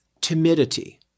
timidity